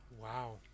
Wow